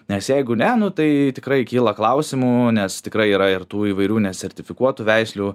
nes jeigu ne nu tai tikrai kyla klausimų nes tikrai yra ir tų įvairių nesertifikuotų veislių